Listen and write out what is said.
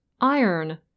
iron